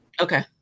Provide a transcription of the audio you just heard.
Okay